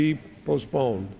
be postpone